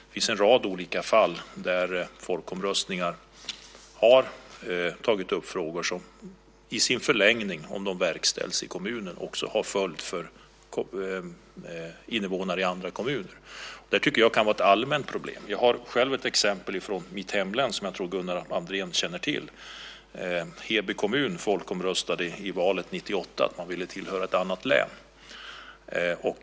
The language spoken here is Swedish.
Det finns en rad olika fall där folkomröstningar har tagit upp frågor som i sin förlängning, om besluten verkställs i kommunen, fått följder för invånare i andra kommuner. Det tycker jag kan vara ett allmänt problem. Jag har själv ett exempel från mitt hemlän, som jag tror att Gunnar Andrén känner till. Heby kommun folkomröstade i valet 1998 om att tillhöra ett annat län.